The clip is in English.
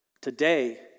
Today